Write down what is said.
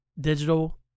digital